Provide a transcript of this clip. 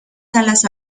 salas